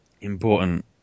important